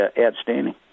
outstanding